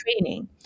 training